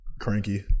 cranky